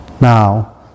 now